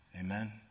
Amen